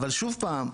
אבל שום פעם,